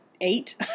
eight